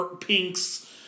pinks